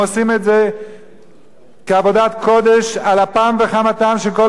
הם עושים את זה כעבודת קודש על אפם וחמתם של כל